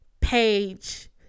page